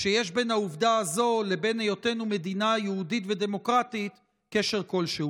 שיש בין העובדה הזאת לבין היותנו מדינה יהודית ודמוקרטית קשר כלשהו.